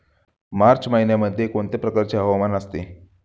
मार्च महिन्यामध्ये कोणत्या प्रकारचे हवामान असते?